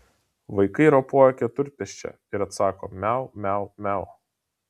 vaikai ropoja keturpėsčia ir atsako miau miau miau